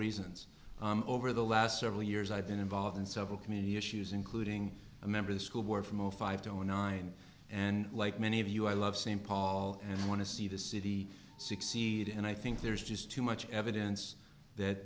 reasons over the last several years i've been involved in several community issues including a member school board from zero five to zero nine and like many of you i love same paul and want to see the city succeed and i think there's just too much evidence that